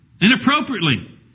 inappropriately